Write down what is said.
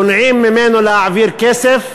מונעים ממנו להעביר כסף,